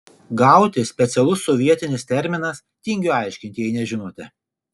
gauti specialus sovietinis terminas tingiu aiškinti jei nežinote